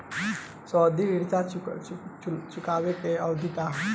सावधि ऋण चुकावे के अवधि का ह?